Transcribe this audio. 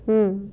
mm